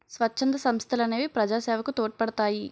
స్వచ్ఛంద సంస్థలనేవి ప్రజాసేవకు తోడ్పడతాయి